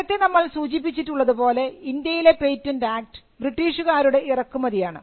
നേരത്തെ നമ്മൾ സൂചിപ്പിച്ചിട്ടുള്ളത് പോലെ ഇന്ത്യയിലെ പേറ്റന്റ് ആക്ട് ബ്രിട്ടീഷുകാരുടെ ഇറക്കുമതിയാണ്